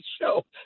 show